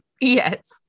Yes